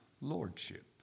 lordship